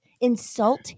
insult